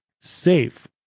safe